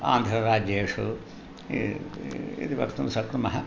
आन्ध्रराज्येषु इति वक्तुं शक्नुमः